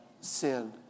sin